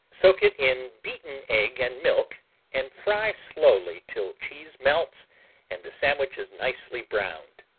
soak it in beaten egg and milk and fry slowly till cheese melts and the sandwich is nicely browned.